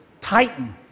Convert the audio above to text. Titan